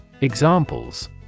Examples